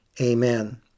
Amen